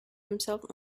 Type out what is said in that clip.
himself